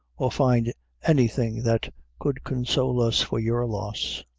or find anything that could console us for your loss?